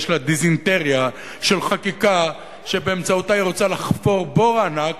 יש לה דיזנטריה של חקיקה שבאמצעותה היא רוצה לחפור בור ענק,